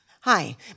Hi